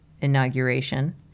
inauguration